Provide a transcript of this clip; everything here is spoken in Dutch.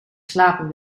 slapen